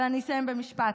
אבל אני אסיים במשפט.